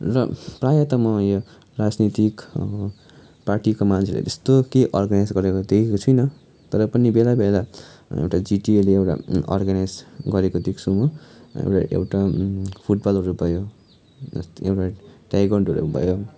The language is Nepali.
र प्रायः त म यो राजनैतिक पार्टीको मान्छेहरूले त्यस्तो केही अर्गनाइज गरेको देखेको छुइनँ तर पनि बेला बेला एउटा जिटिएले एउटा अर्गनाइज गरेको देख्छु म एउटा फुटबलहरू भयो एउटा ताएक्वान्डोहरू भयो